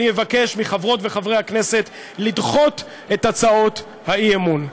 אני אבקש מחברות וחברי הכנסת לדחות את הצעות האי-אמון.